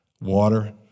water